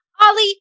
Ollie